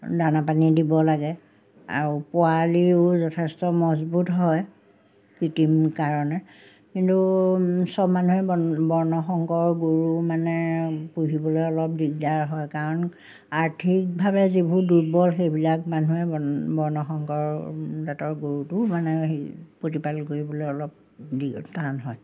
দানা পানী দিব লাগে আৰু পোৱালিও যথেষ্ট মজবুত হয় কৃত্ৰিম কাৰণে কিন্তু চব মানুহে বৰ্ণসংকৰ গৰু মানে পুহিবলৈ অলপ দিগদাৰ হয় কাৰণ আৰ্থিকভাৱে যিবোৰ দুৰ্বল সেইবিলাক মানুহে বৰ্ণসংকৰ জাতৰ গৰুটো মানে হেৰি প্ৰতিপাল কৰিবলৈ অলপ টান হয়